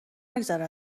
نگذره